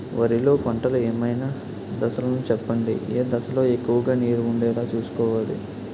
వరిలో పంటలు ఏమైన దశ లను చెప్పండి? ఏ దశ లొ ఎక్కువుగా నీరు వుండేలా చుస్కోవలి?